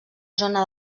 zona